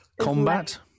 combat